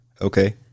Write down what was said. Okay